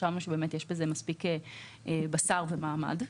חשבנו שיש בזה מספיק בשר ומעמד.